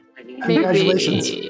Congratulations